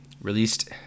released